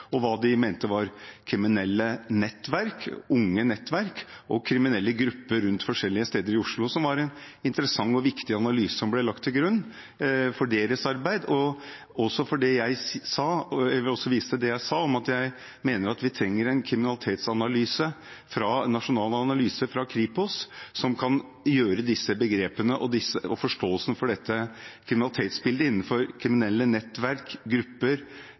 og hva de mente var kriminelle nettverk, unge nettverk og kriminelle grupper rundt på forskjellige steder i Oslo. Det var en interessant og viktig analyse, som ble lagt til grunn for deres arbeid, og jeg vil også vise til det jeg sa om at jeg mener at vi trenger en kriminalitetsanalyse, en nasjonal analyse fra Kripos, som kan gjøre disse begrepene og forståelsen for dette kriminalitetsbildet innenfor kriminelle nettverk, grupper